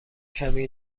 کمی